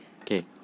Okay